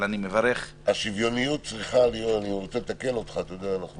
אבל אני מברך --- אני רוצה לתקן אותך אנחנו